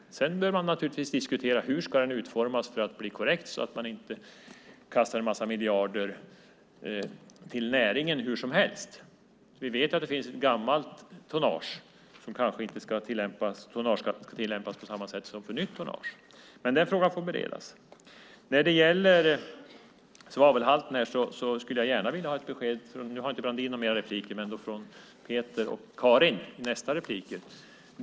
Sedan behöver man naturligtvis diskuteras hur den ska utformas för att bli korrekt så att man inte kastar en massa miljarder till näringen hur som helst. Vi vet att det finns ett gammalt tonnage för vilket man kanske inte ska tillämpa tonnageskatten på samma sätt som för nytt tonnage. Men den frågan får beredas. När det gäller svavelhalten skulle jag gärna vilja ha ett besked. Claes-Göran Brandin har inte några fler repliker, men från Peter och Karin i deras repliker.